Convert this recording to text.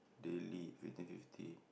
daily fifty fifty